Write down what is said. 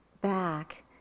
back